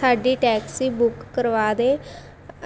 ਸਾਡੀ taxi book ਕਰਵਾ ਦੇ